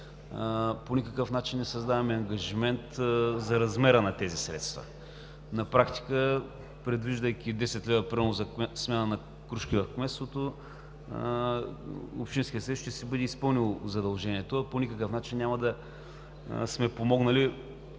по никакъв начин не създаваме ангажимент за размера на тези средства. На практика, предвиждайки на кмет примерно 10 лв. за смяна на крушки в кметството, общинският съвет ще е изпълнил задължението си, но по никакъв начин няма да сме помогнали